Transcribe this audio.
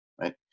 right